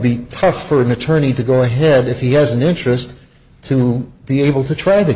be tough for an attorney to go ahead if he has an interest to be able to tr